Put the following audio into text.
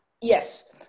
Yes